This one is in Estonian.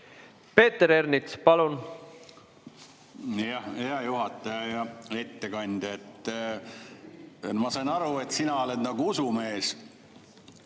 Peeter Ernits, palun!